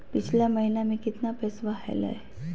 पिछला महीना मे कतना पैसवा हलय?